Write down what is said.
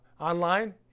online